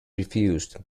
refused